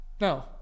no